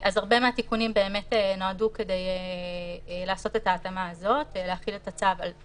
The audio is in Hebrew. אז הרבה מהתיקונים נועדו כדי לעשות את ההתאמה הזו להחיל את הצו גם